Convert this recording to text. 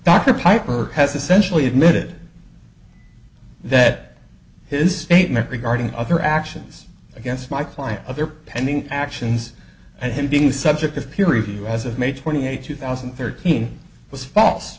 dr piper has essentially admitted that his eight met regarding other actions against my client other pending actions and him being subject of peer review as of may twenty eighth two thousand and thirteen was false